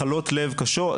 מחלות לב קשות,